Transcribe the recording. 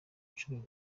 nshuro